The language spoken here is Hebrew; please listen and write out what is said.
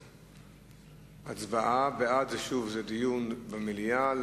שוב, בעד זה דיון במליאה,